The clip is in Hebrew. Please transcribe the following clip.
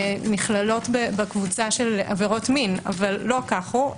כנכללות בקבוצה של עבירות מין אך לא כך הוא.